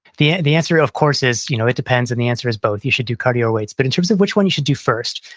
the the answer, of course, is you know it depends, and the answer is both. you should do cardio or weights. but in terms of which one you should do first,